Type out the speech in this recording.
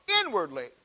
inwardly